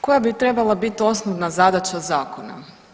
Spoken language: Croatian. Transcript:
Koja bi trebala biti osnovna zadaća zakona?